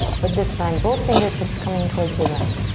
but this time both fingertips coming towards the ground.